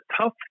tough